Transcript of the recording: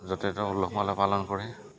উলহ মালহেৰে পালন কৰে